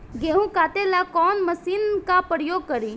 गेहूं काटे ला कवन मशीन का प्रयोग करी?